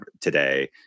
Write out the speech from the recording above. today